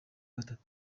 gatatu